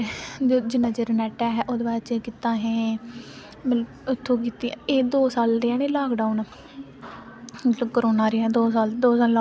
ओह् बनाइयै खलांदी अपने घर आखदी की मेरे भ्राऐ गी बड़ी टेस्ट लगदी ऐ टेस्ट कीती ऐ ओह् उसी लून मर्च